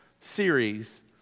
series